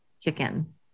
chicken